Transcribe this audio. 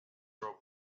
throw